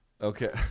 Okay